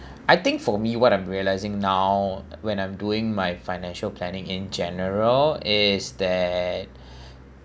I think for me what I'm realising now when I'm doing my financial planning in general is that